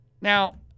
Now